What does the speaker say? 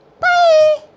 Bye